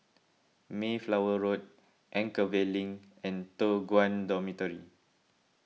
Mayflower Road Anchorvale Link and Toh Guan Dormitory